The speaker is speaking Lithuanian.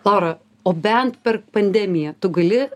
laura o bent per pandemiją tu gali